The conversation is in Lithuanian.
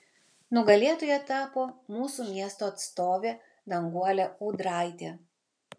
nugalėtoja tapo mūsų miesto atstovė danguolė ūdraitė